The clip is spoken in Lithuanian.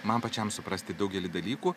man pačiam suprasti daugelį dalykų